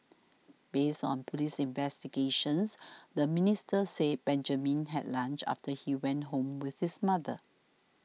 based on police investigations the minister said Benjamin had lunch after he went home with his mother